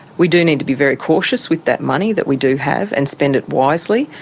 we do need to be very cautious with that money that we do have and spend it wisely,